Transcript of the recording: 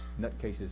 nutcases